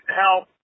help